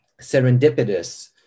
serendipitous